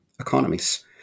economies